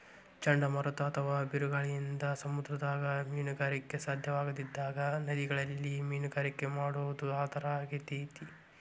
ಚಂಡಮಾರುತ ಅತ್ವಾ ಬಿರುಗಾಳಿಯಿಂದ ಸಮುದ್ರದಾಗ ಮೇನುಗಾರಿಕೆ ಸಾಧ್ಯವಾಗದಿದ್ದಾಗ ನದಿಗಳಲ್ಲಿ ಮೇನುಗಾರಿಕೆ ಮಾಡೋದು ಆಧಾರ ಆಗೇತಿ